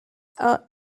are